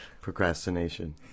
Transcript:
procrastination